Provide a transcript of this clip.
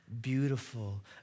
beautiful